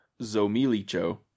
Zomilicho